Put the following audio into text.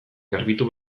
garbitu